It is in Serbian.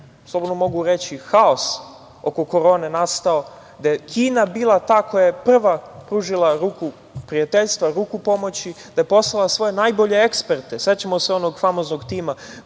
slobodno mogu reći, haos oko korone nastao, da je Kina bila ta koja je prva pružila ruku prijateljstva, ruku pomoći, da je poslala svoje najbolje eksperte. Sećamo se onog famoznog tima